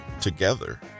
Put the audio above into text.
together